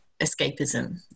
escapism